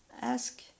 ask